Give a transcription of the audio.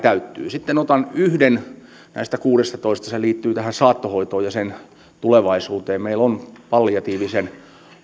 täyttyy sitten otan yhden näistä kuudestatoista se liittyy tähän saattohoitoon ja sen tulevaisuuteen meillä on palliatiivisen